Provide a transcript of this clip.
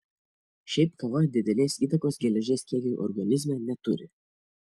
šiaip kava didelės įtakos geležies kiekiui organizme neturi